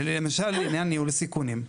למשל לעניין ניהול הסיכונים.